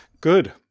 Good